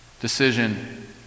decision